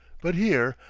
but here,